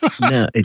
No